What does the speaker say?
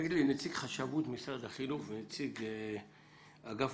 נציג חשבות משרד החינוך ונציג אגף